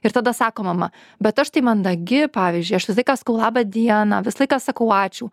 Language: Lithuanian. ir tada sako mama bet aš tai mandagi pavyzdžiui aš visą laiką sakau laba diena visą laiką sakau ačiū